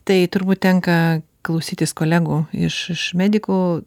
tai turbūt tenka klausytis kolegų iš iš medikų